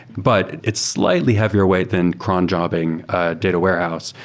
but it's slightly heavier weight than cron jobbing a data warehouse,